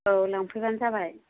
औ लांफैबानो जाबाय